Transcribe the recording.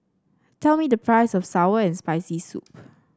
tell me the price of sour and Spicy Soup